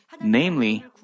namely